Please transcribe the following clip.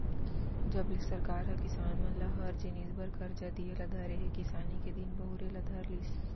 जब ले सरकार ह किसान मन ल हर जिनिस बर करजा दिये ल धरे हे किसानी के दिन बहुरे ल धर लिस